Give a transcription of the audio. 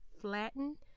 flatten